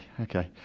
okay